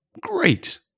Great